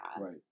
Right